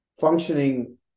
functioning